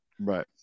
Right